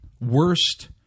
worst